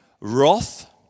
wrath